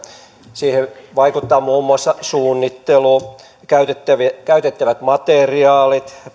siihen vaikuttavat muun muassa suunnittelu ja käytettävät materiaalit